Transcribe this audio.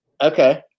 Okay